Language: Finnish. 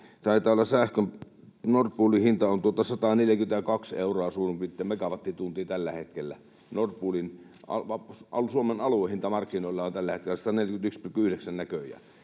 Nord Poolin hinta olla 142 euroa, suurin piirtein, megawattitunti — Nord Poolin Suomen aluehinta markkinoilla on tällä hetkellä 141,9, näköjään.